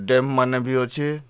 ଡେମ୍ମାନେ ବି ଅଛେ